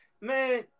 Man